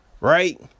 right